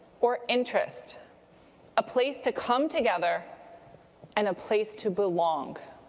or interest a place to come together and a place to belong.